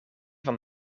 van